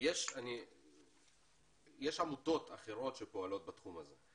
יש עמותות אחרות שפועלות בתחום הזה.